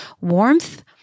warmth